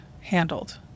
handled